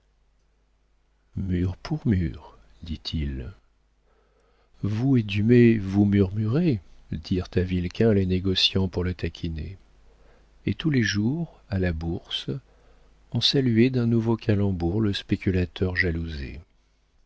pour mur dit-il vous et dumay vous murmurez dirent à vilquin les négociants pour le taquiner et tous les jours à la bourse on saluait d'un nouveau calembour le spéculateur jalousé